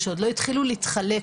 שעוד לא התחילו להתחלק,